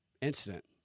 incident